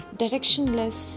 directionless